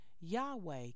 Yahweh